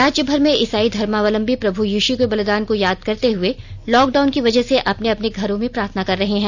राज्य भर में ईसाई धर्मावलंबी प्रभु यीषु के बलिदान को याद करते हुए लॉकडाउन की वजह से अपने अपने घरों में प्रार्थना कर रहे हैं